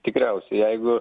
tikriausiai jeigu